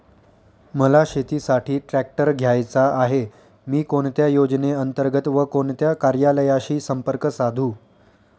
मला शेतीसाठी ट्रॅक्टर घ्यायचा आहे, मी कोणत्या योजने अंतर्गत व कोणत्या कार्यालयाशी संपर्क साधू?